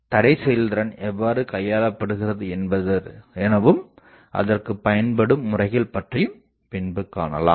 தடை செயல்திறன் எவ்வாறு கையாளப்படுகிறது எனவும் அதற்குப் பயன்படும் முறைகள் பற்றிப் பின்பு காணலாம்